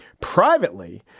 privately